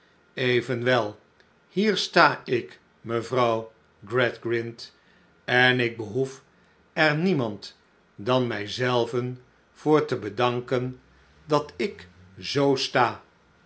evenwel hier sta ik mevrouw gradgrind en ik behoef er niemand dan mij zelven voor te bedanken dat ik zoo sta